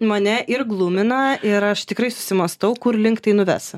mane ir glumina ir aš tikrai susimąstau kur link tai nuves